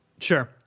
Sure